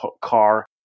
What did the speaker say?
car